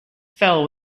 fell